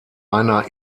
einer